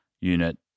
unit